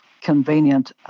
convenient